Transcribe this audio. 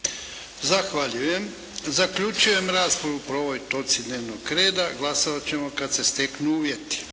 Zahvaljujem. Zaključujem raspravu po ovoj točci dnevnog reda. Glasovat ćemo kad se steknu uvjeti.